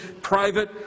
private